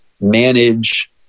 manage